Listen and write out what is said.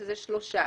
שזה שלושה,